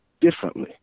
differently